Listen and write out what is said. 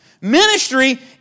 Ministry